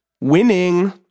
Winning